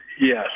Yes